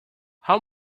how